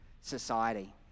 society